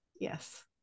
yes